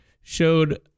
showed